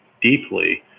deeply